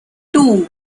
two